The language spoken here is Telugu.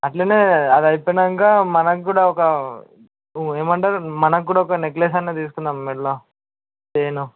అట్లనే అది అయిపోయనాక మనకు కూడా ఒక ఏమంటారు మనకు కూడా ఒక నెక్లెస్ అన్న తీసుకుందాం మెడలో చైను